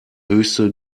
höchste